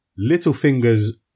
Littlefinger's